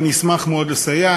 ואני אשמח מאוד לסייע,